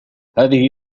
هذه